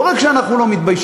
לא רק שאנחנו לא מתביישים,